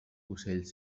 ocell